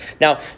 Now